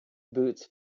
boots